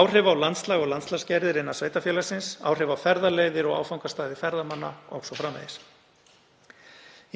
áhrif á landslag og landslagsgerðir innan sveitarfélagsins, áhrif á ferðaleiðir og áfangastaði ferðamanna o.s.frv.